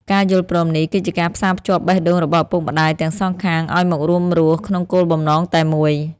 ការយល់ព្រមនេះគឺជាការផ្សារភ្ជាប់បេះដូងរបស់ឪពុកម្ដាយទាំងសងខាង ឱ្យមករួមរស់ក្នុងគោលបំណងតែមួយ។